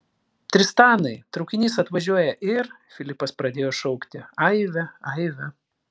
tristanai traukinys atvažiuoja ir filipas pradėjo šaukti aive aive